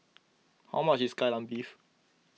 how much is Kai Lan Beef